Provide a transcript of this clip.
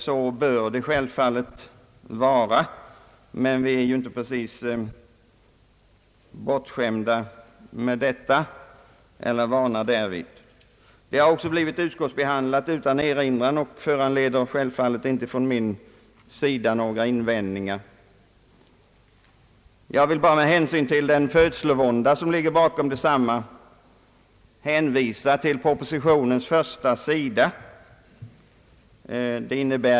Så bör det självfallet vara, men vi är ju inte precis bortskämda med detta eller vana därvid. Förslaget har också blivit utskottsbehandlat utan erinran och föranleder självfallet inte från min sida några invändningar. Jag vill bara med hänsyn till den födslovånda som ligger bakom detsamma hänvisa till propositionens första sida.